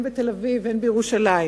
הן בתל-אביב והן בירושלים.